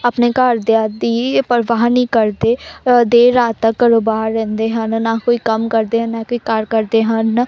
ਆਪਣੇ ਘਰਦਿਆਂ ਦੀ ਪਰਵਾਹ ਨਹੀਂ ਕਰਦੇ ਦੇਰ ਰਾਤ ਤੱਕ ਘਰੋਂ ਬਾਹਰ ਰਹਿੰਦੇ ਹਨ ਨਾ ਕੋਈ ਕੰਮ ਕਰਦੇ ਹਨ ਨਾ ਕੋਈ ਕਾਰ ਕਰਦੇ ਹਨ